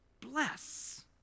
bless